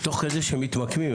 תוך כדי שהם מתמקמים,